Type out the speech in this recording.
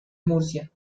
murcia